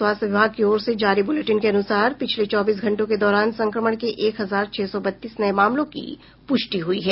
स्वास्थ्य विभाग की ओर से जारी बुलेटिन के अनुसार पिछले चौबीस घंटों के दौरान संक्रमण के एक हजार छह सौ बत्तीस नये मामलों की पुष्टि हुई है